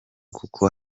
kuko